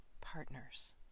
partners